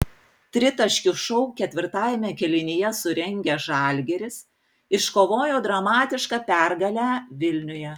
tritaškių šou ketvirtajame kėlinyje surengęs žalgiris iškovojo dramatišką pergalę vilniuje